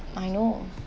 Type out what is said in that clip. I know